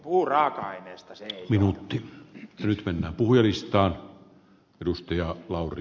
puuraaka aineesta se ei johdu